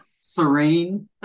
serene